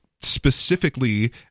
specifically